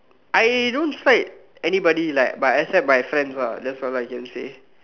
I don't slide anybody like but except my friends lah that's all I can say